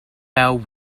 bell